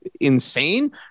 insane